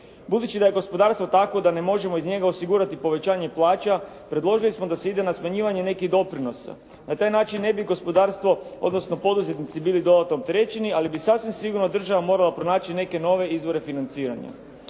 Budući da je gospodarstvo takvo da ne možemo iz njega osigurati povećanje plaća, predložili smo da se ide na smanjivanje nekih doprinosa. Na taj način ne bi gospodarstvo, odnosno poduzetnici bili dodatno opterećeni, ali bi sasvim sigurno država morala pronaći neke nove izvore financiranja.